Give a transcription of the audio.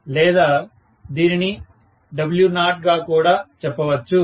లేదా దీనిని W0 గా కూడా చెప్పొచ్చు